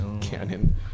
canon